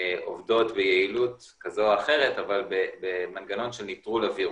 עובדות ביעילות כזו או אחרת אבל במנגנון של ניטרול הווירוס.